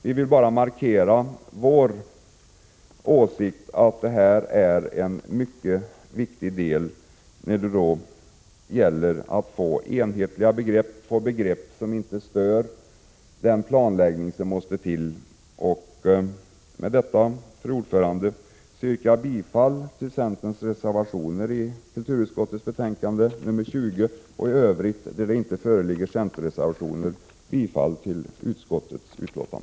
Vi vill bara markera vår åsikt att det här är mycket viktigt när det gäller att få enhetliga begrepp som inte stör den planläggning som måste till. Fru talman! Med detta yrkar jag bifall till centerns reservationer vid kulturutskottets betänkande 20 och i övrigt, där det inte föreligger centerreservationer, bifall till utskottets hemställan.